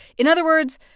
in other words,